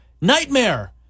nightmare